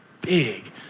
big